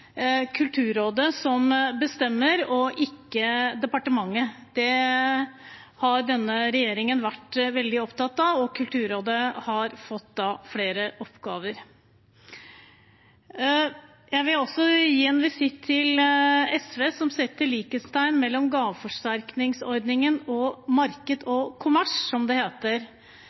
Kulturrådet som bestemmer og ikke departementet. Det har denne regjeringen vært veldig opptatt av, og Kulturrådet har fått flere oppgaver. Jeg vil også gi en visitt til SV, som setter likhetstegn mellom gaveforsterkningsordningen og marked og kommers, som det heter.